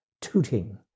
tooting